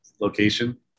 location